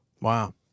Wow